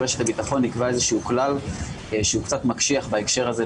ברשת הביטחון נקבע איזה שהוא כלל שהוא קצת מקשה בהקשר הזה,